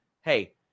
hey